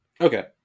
Okay